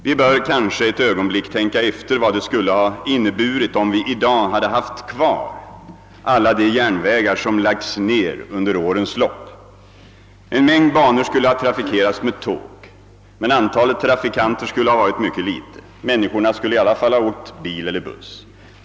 Vi bör kanske ett ögonblick tänka efter vad det skulle ha inneburit, om vi i dag hade haft kvar alla de järnvävägar som lagts ned under årens lopp. En mängd banor skulle ha trafikerats med tåg, men antalet trafikanter skulle ha varit mycket litet. Människorna skulle i alla fall ha åkt bil eller buss.